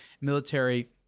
military